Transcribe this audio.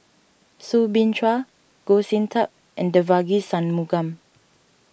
Soo Bin Chua Goh Sin Tub and Devagi Sanmugam